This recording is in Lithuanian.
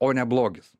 o ne blogis